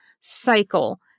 cycle